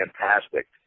fantastic